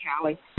Callie